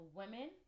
women